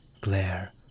glare